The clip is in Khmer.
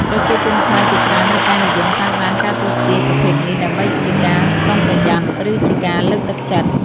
ប្រជាជនខ្មែរជាច្រើននៅតែនិយមតាមដានការទស្សន៍ទាយប្រភេទនេះ ដើម្បីជាការប្រុងប្រយ័ត្ន ឬជាការលើកទឹកចិត្ត។